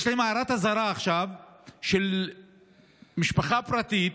עכשיו יש להם הערת אזהרה של משפחה פרטית